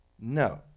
No